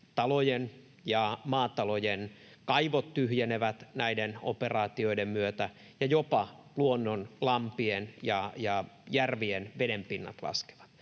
talojen ja maatalojen — kaivot tyhjenevät näiden operaatioiden myötä ja jopa luonnonlampien ja -järvien vedenpinnat laskevat.